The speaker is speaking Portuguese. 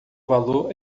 valor